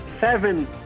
seven